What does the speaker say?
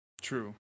True